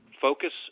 Focus